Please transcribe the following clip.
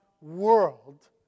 world